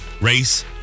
race